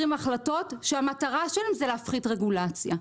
החלטות שהמטרה שלהן היא להפחית רגולציה.